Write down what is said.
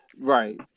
right